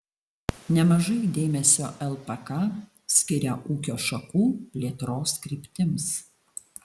nemažai dėmesio lpk skiria ūkio šakų plėtros kryptims